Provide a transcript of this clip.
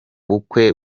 bukwe